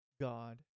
God